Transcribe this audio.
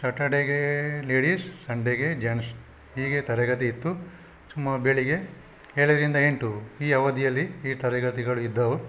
ಶಟರ್ಡೇಗೆ ladies ಸಂಡೇಗೆ gents ಹೀಗೆ ತರಗತಿ ಇತ್ತು ಸುಮಾರು ಬೆಳಗ್ಗೆ ಏಳರಿಂದ ಎಂಟು ಈ ಅವಧಿಯಲ್ಲಿ ಈ ತರಗತಿಗಳು ಇದ್ದವು